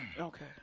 Okay